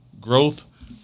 growth